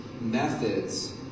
methods